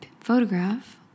photograph